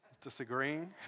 disagreeing